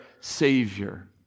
Savior